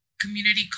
community